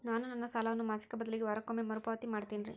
ನಾನು ನನ್ನ ಸಾಲವನ್ನು ಮಾಸಿಕ ಬದಲಿಗೆ ವಾರಕ್ಕೊಮ್ಮೆ ಮರುಪಾವತಿ ಮಾಡ್ತಿನ್ರಿ